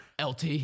Lt